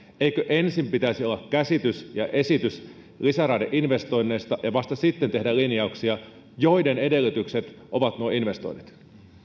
eikö ensin pitäisi olla käsitys ja esitys lisäraideinvestoinneista ja vasta sitten tehdä linjauksia joiden edellytykset ovat nuo investoinnit